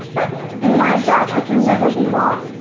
but in my job i can never be wrong.